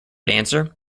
dancer